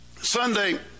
Sunday